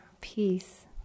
peace